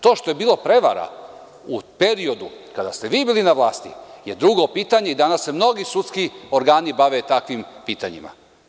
To što je bilo prevara u periodu kada ste vi bili na vlasti, to je drugo pitanje i danas se mnogi sudski organi bave takvim pitanjima.